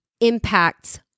impacts